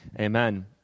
Amen